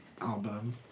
album